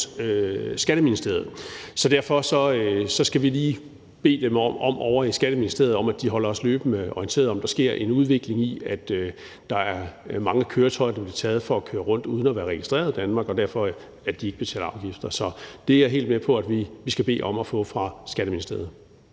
Skatteministeriet. Derfor skal vi lige bede dem ovre i Skatteministeriet om, at de løbende holder os orienteret om, om der sker en udvikling, altså om der er mange køretøjer, der bliver taget for at køre rundt uden at være registreret i Danmark og derfor ikke betaler afgifter. Så det er jeg helt med på at vi skal bede om at få fra Skatteministeriet.